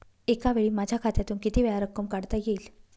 एकावेळी माझ्या खात्यातून कितीवेळा रक्कम काढता येईल?